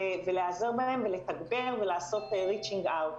להיעזר בהם ולתגבר ולעשות reaching out.